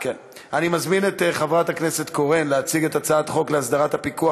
אני מזמין את חברת הכנסת קורן להציג את הצעת חוק להסדרת הפיקוח